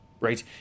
right